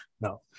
No